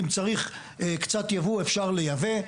אם צריך קצת יבוא אפשר לייבא.